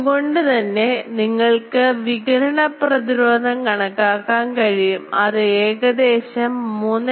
അതുകൊണ്ട് തന്നെ നിങ്ങൾക്ക് വികിരണ പ്രതിരോധം കണക്കാക്കാൻ കഴിയും അത് ഏകദേശം 3